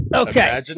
Okay